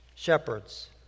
shepherds